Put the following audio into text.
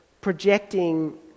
projecting